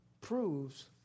Proves